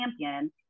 champion